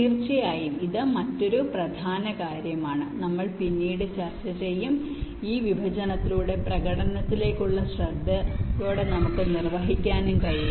തീർച്ചയായും ഇത് മറ്റൊരു പ്രധാന കാര്യമാണ് നമ്മൾ പിന്നീട് ചർച്ചചെയ്യും ഈ വിഭജനത്തിലൂടെ പ്രകടനത്തിലേക്കുള്ള ശ്രദ്ധയോടെ നമുക്ക് നിർവഹിക്കാനും കഴിയും